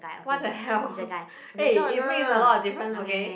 what the hell eh it makes a lot of difference okay